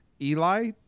Eli